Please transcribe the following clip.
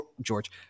George